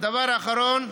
דבר אחרון,